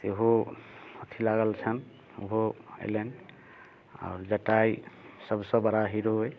सेहो अथी लागल छनि उहो एलनि आओर जटायु सबसँ बड़ा हीरो अइ